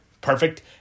Perfect